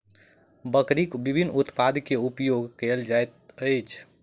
बकरीक विभिन्न उत्पाद के उपयोग कयल जाइत अछि